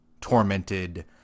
tormented